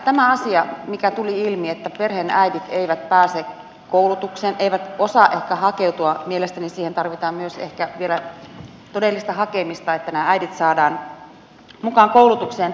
tämä asia mikä tuli ilmi että perheenäidit eivät pääse koulutukseen eivät osaa ehkä hakeutua mielestäni siihen tarvitaan myös ehkä vielä todellista hakemista että nämä äidit saadaan mukaan koulutukseen